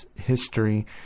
history